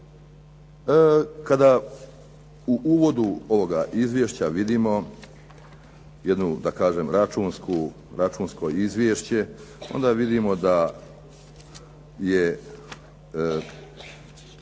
Kada u uvodu ovoga izvješća vidimo jedno da kažem računsko izvješće onda vidimo da je